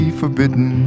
forbidden